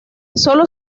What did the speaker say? sólo